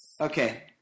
Okay